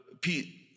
Pete